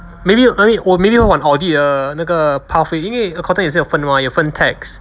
maybe I mean 我 maybe 要往 audit 的那个 pathway 因为 accountant 也是要分 mah 有分 tax